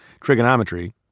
Trigonometry